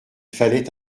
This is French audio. fallait